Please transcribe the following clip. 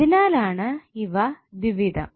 അതിനാലാണ് ഇവ ദ്വിവിധം